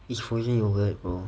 it's frozen yoghurt bro